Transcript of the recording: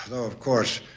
ah of course,